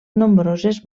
nombroses